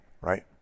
right